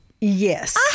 yes